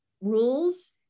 rules